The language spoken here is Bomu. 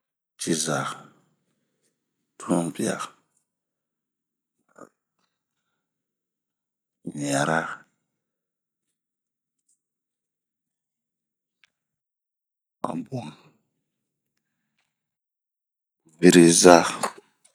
ciza, tunbia, ɲiara, hanbwan ,,ŋiriza